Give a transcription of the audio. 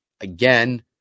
Again